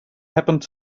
happened